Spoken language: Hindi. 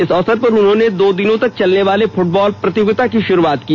इस अवसर पर उन्होंने दो दिनों तक चलने वाले फुटबॉल प्रतियोगिता की शुरूआत की